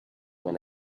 when